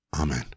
Amen